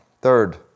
Third